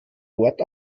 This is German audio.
wort